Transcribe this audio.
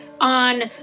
on